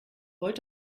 wollt